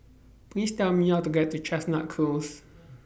Please Tell Me How to get to Chestnut Close